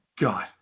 God